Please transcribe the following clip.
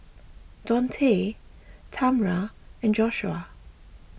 Daunte Tamra and Joshuah